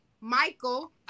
Michael